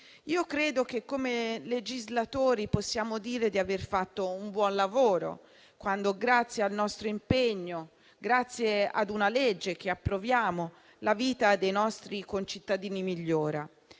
più gravi. Come legislatori, possiamo dire di aver fatto un buon lavoro quando, grazie al nostro impegno e grazie ad una legge da noi approvata, la vita dei nostri concittadini migliora.